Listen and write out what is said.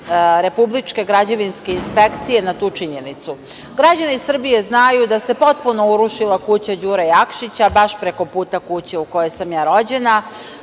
Republičke građevinske inspekcije na tu činjenicu. Građani Srbije znaju da se potpuno urušila kuća Đure Jakšića, baš prekoputa kuće u kojoj sam ja rođena,